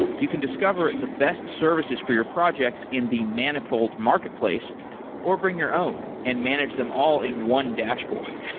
you can discover the best services for your projects in the manifold marketplace or bring your own and manage them all in one dashboard.